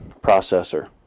processor